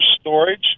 storage